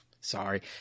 Sorry